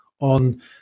on